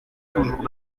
toujours